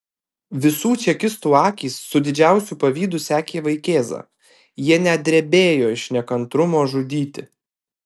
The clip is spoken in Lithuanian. visų čekistų akys su didžiausiu pavydu sekė vaikėzą jie net drebėjo iš nekantrumo žudyti